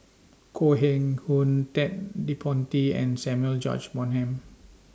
Koh Eng Hoon Ted De Ponti and Samuel George Bonham